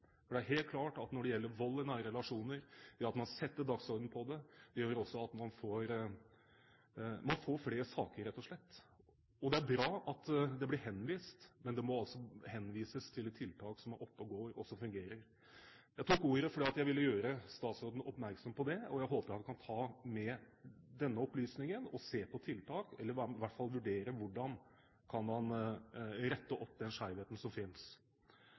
For det er helt klart at når det gjelder vold i nære relasjoner, det at man setter det på dagsordenen, gjør at man rett og slett får flere saker. Det er bra at det blir henvist, men det må altså henvises til et tiltak som er oppe og går, og som fungerer. Jeg tok ordet fordi jeg ville gjøre statsråden oppmerksom på det, og jeg håper at han kan ta med seg denne opplysningen og se på tiltak, eller i hvert fall vurdere hvordan man kan rette opp den skjevheten som finnes.